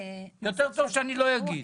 יותר טוב שאני לא אגיד.